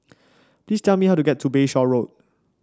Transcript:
please tell me how to get to Bayshore Road